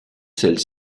celle